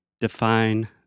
define